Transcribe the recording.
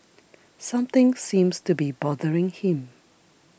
something seems to be bothering him